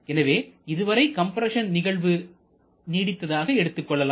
எனவே இதுவரை கம்ப்ரஸன் நிகழ்வு நீடிப்பதாக எடுத்துக்கொள்ளலாம்